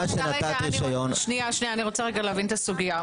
אני רוצה להבין את הסוגיה.